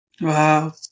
Wow